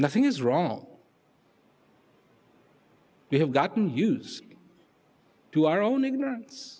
nothing is wrong you have gotten use to our own ignorance